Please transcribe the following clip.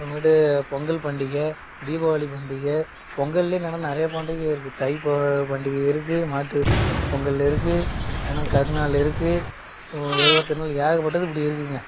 அப்புறமேட்டு பொங்கல் பண்டிகை தீபாவளி பண்டிகை பொங்கல்யே என்னென்னா நிறைய பண்டிகை இருக்கு தை பொ பண்டிகை இருக்கு மாட்டு பொங்கல் இருக்கு ஆனா கருநாள் இருக்கு உழவர் திருநாள் ஏகப்பட்டது இப்படி இருக்குங்க